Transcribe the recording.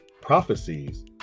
prophecies